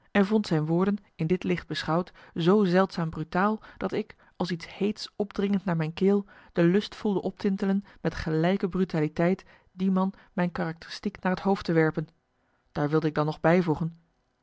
en vond zijn woorden in dit licht beschouwd zoo zeldzaam brutaal dat ik als iets heets opdringend naar mijn keel de lust voelde optintelen met gelijke brutaliteit die man mijn karakteristiek naar het hoofd te werpen daar wilde ik dan nog bijvoegen